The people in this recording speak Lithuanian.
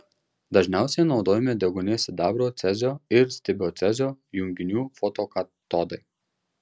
dažniausiai naudojami deguonies sidabro cezio ir stibio cezio junginių fotokatodai